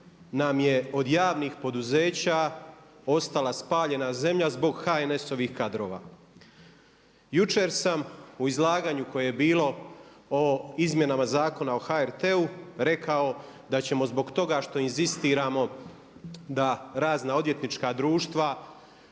nam je od javnih poduzeća ostala spaljena zemlja zbog HNS-ovih kadrova. Jučer sam u izlaganju koje je bilo o izmjenama Zakona o HRT-u rekao da ćemo zbog toga što inzistiramo da razna odvjetnička društva